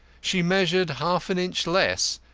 she measured half an inch less.